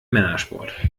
männersport